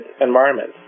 environment